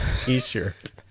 t-shirt